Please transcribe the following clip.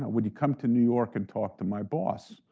ah would you come to new york and talk to my boss?